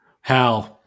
Hal